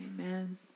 Amen